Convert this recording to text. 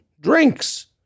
drinks